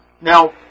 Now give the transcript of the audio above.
Now